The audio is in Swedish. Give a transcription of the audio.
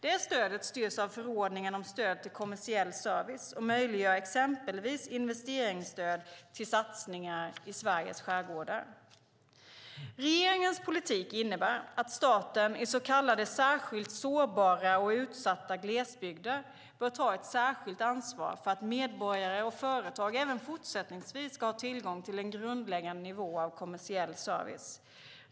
Det stödet styrs av förordningen om stöd till kommersiell service och möjliggör exempelvis investeringsstöd till satsningar i Sveriges skärgårdar. Regeringens politik innebär att staten i så kallade särskilt sårbara och utsatta glesbygder bör ta ett särskilt ansvar för att medborgare och företag även fortsättningsvis ska ha tillgång till en grundläggande nivå av kommersiell service.